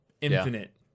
infinite